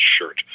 shirt